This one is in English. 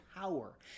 power